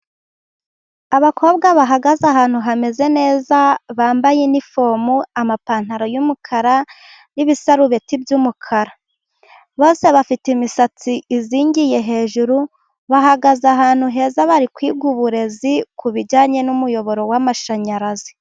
Abakobwa bahagaze ahantu hameze neza bambayenifomu; amapantaro y'umukara n'ibisarubeti by'umukara. Bose bafite imisatsi izingiye hejuru bahagaze ahantu heza, bari kwiga uburezi ku bijyanye n'umuyoboro w'amashanyarazi.